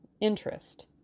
interest